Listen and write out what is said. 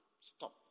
stop